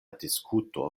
diskuto